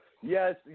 yes